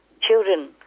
children